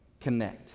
connect